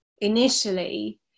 initially